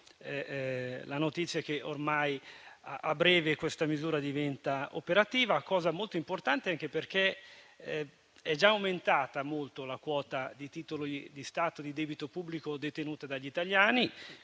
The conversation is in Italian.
dà notizia che ormai, a breve, questa misura diventerà operativa. Ciò è molto importante anche perché la quota di titoli di Stato di debito pubblico detenuta dagli italiani